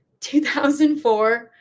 2004